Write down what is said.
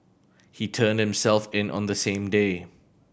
he turned himself in on the same day